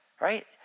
right